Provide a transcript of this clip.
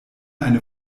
eine